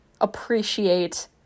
appreciate